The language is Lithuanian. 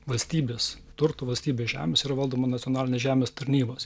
valstybės turto valstybės žemės ir valdoma nacionalinės žemės tarnybos